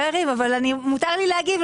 מותר לי להגיב,